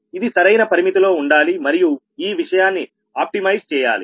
ఇది సరైన పరిమితిలో ఉండాలి మరియు ఈ విషయాన్ని ఆప్టిమైజ్ చేయాలి